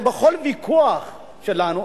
הרי בכל ויכוח שלנו,